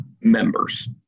members